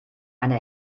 eine